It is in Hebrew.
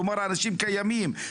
כלומר אנשים קיימים,